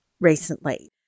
recently